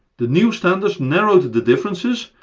the new standards narrowed the differences,